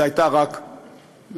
זה היה רק מיקרוקוסמוס,